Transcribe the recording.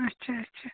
اچھا اچھا